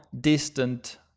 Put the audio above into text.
distant